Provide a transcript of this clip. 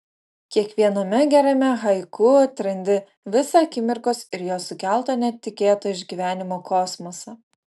kiekviename gerame haiku atrandi visą akimirkos ir jos sukelto netikėto išgyvenimo kosmosą